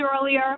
earlier